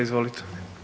Izvolite.